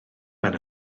ben